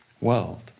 world